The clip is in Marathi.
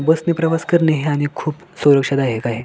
बसने प्रवास करणे हे आणि खूप सुरक्षादायक आहे